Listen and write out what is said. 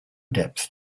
depth